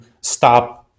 stop